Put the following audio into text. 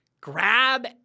Grab